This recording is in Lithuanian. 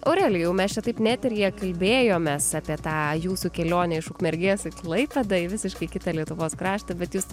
aurelijau mes čia taip ne eteryje kalbėjomės apie tą jūsų kelionę iš ukmergės į klaipėdą į visiškai kitą lietuvos kraštą bet jūs